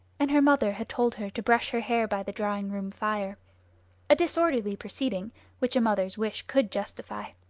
and her mother had told her to brush her hair by the drawing-room fire a disorderly proceeding which a mother's wish could justify.